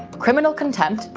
criminal contempt,